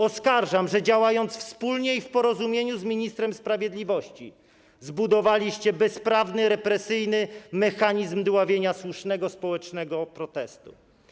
Oskarżam, że działając wspólnie i w porozumieniu z ministrem sprawiedliwości, zbudowaliście bezprawny, represyjny mechanizm dławienia słusznego społecznego protestu.